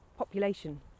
population